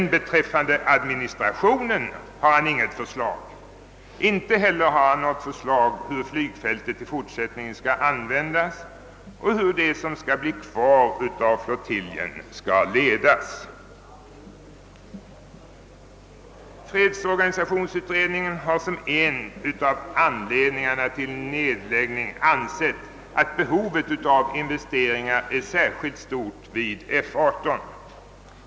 Beträffande administrationen har han däremot inget förslag, inte heller om hur flygfältet i fortsättningen bör användas och hur det, som blir kvar av flottiljen, skall ledas. som ett motiv för nedläggning pekat på att behovet av investeringar är särskilt stort vid F 18.